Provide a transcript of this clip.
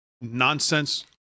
nonsense